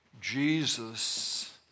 Jesus